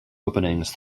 openings